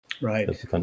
Right